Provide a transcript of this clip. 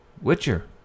Witcher